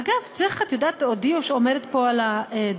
אגב את יודעת, עודי עומדת פה על הדוכן,